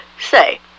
Say